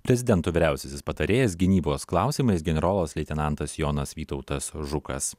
prezidento vyriausiasis patarėjas gynybos klausimais generolas leitenantas jonas vytautas žukas